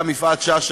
גם יפעת שאשא,